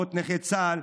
רפורמות נכי צה"ל,